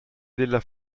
della